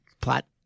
plot